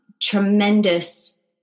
tremendous